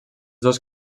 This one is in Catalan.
dos